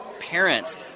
parents